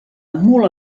mula